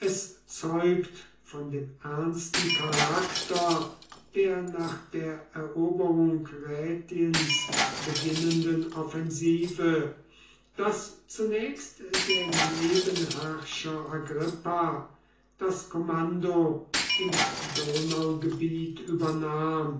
zeugt von dem ernsten charakter der nach der eroberung rätiens beginnenden offensive daß zunächst der nebenherrscher agrippa das kommando im donaugebiet übernahm